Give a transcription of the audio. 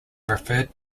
referred